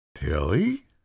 Tilly